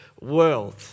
world